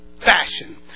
fashion